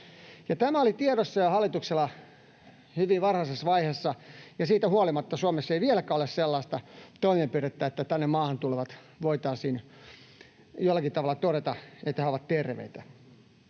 Tämä oli tiedossa hallituksella jo hyvin varhaisessa vaiheessa, ja siitä huolimatta Suomessa ei vieläkään ole sellaista toimenpidettä, että tänne maahan tulevista voitaisiin jollakin tavalla todeta, että he ovat terveitä.